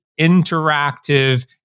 interactive